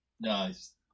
Nice